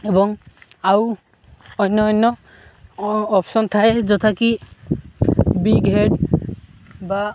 ଏବଂ ଆଉ ଅନ୍ୟ ଅନ୍ୟ ଅପସନ୍ ଥାଏ ଯଥାକି ବିଗ୍ ହେଡ଼୍ ବା